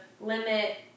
limit